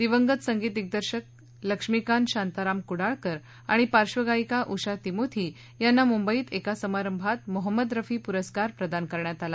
दिवंगत संगीत दिग्दर्शक लक्ष्मीकांत शांताराम कुडाळकर आणि पार्श्वगायिका उषा तिमोथी यांना मुंबईत एका समारंभात मोहम्मद रफी पुरस्कार प्रदान करण्यात आला